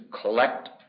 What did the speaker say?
collect